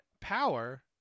Power